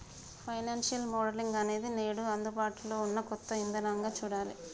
financial modelling అనేది నేడు అందుబాటులో ఉన్న కొత్త ఇదానంగా చూడాలి